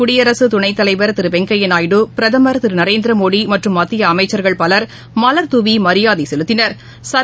குடியரசுதுணைத்தலைவர் திருவெங்கையாநாயுடு பிரதமர் திருநரேந்திரமோடிமற்றும் மத்தியஅமைச்சர்கள் பலர் மலர்தூவிமரியாதைசெலுத்தினர்